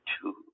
two